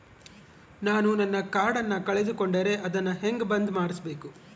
ನಾನು ನನ್ನ ಕಾರ್ಡನ್ನ ಕಳೆದುಕೊಂಡರೆ ಅದನ್ನ ಹೆಂಗ ಬಂದ್ ಮಾಡಿಸಬೇಕು?